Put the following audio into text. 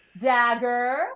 dagger